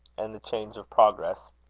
and the change of progress.